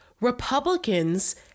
Republicans